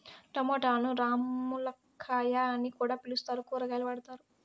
టమోటాను రామ్ములక్కాయ అని కూడా పిలుత్తారు, కూరగాయగా వాడతారు